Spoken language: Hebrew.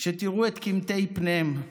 שתראו את קמטי פניהם,